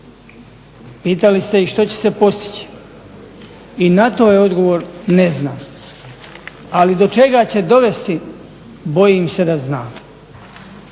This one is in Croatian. Pitali ste i što će se postići? I na to je odgovor ne znam. Ali do čega će dovesti, bojim se da znam